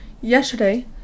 yesterday